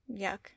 Yuck